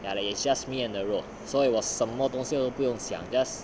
ya like it's just me and the road so 我什么东西都不用想 just